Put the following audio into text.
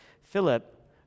Philip